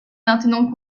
maintenant